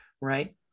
right